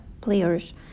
Players